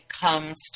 comes